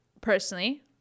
personally